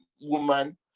woman